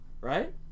Right